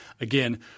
again